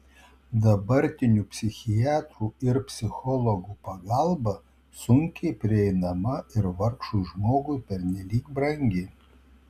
dabartinių psichiatrų ir psichologų pagalba sunkiai prieinama ir vargšui žmogui pernelyg brangi